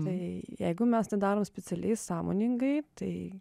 tai jeigu mes tai darom specialiai sąmoningai tai